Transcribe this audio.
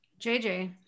JJ